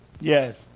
yes